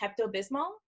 Pepto-Bismol